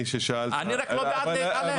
אני רק לא בעד להתעלם.